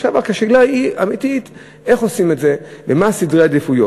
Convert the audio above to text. עכשיו רק השאלה האמיתית היא איך עושים את זה ומה הם סדרי העדיפויות.